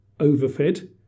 overfed